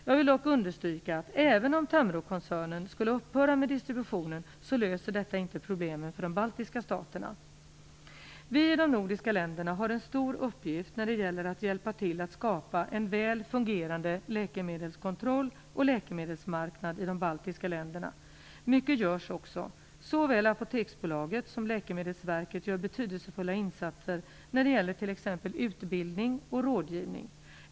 Jag vill dock understryka, att även om Tamrokoncernen skulle upphöra med distributionen, så löser detta inte problemen för de baltiska staterna. Vi i de nordiska länderna har en stor uppgift när det gäller att hjälpa till att skapa en väl fungerande läkemedelskontroll och läkemedelsmarknad i de baltiska länderna. Mycket görs också. Såväl Apoteksbolaget som Läkemedelsverket gör betydelsefulla insatser när det gäller t.ex. utbildning och rådgivning.